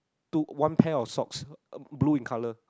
two one pair of socks blue in colour